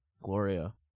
Gloria